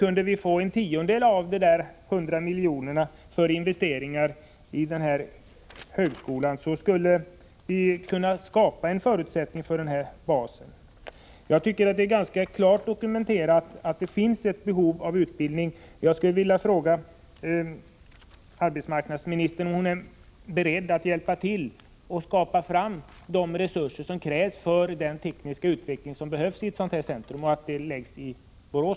Kan vi få en tiondel av dessa hundra miljoner för investeringar i en högskola skulle vi kunna skapa förutsättningar för en rekryteringsbas. Jag tycker att det är klart dokumenterat att det finns ett behov av utbildning och skulle vilja fråga arbetsmarknadsministern om hon är beredd att hjälpa till att skaffa fram de resurser som krävs för en teknisk utbildning i ett sådant här centrum, som då förläggs till Borås.